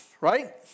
right